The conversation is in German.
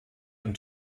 und